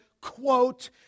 quote